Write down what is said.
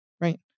right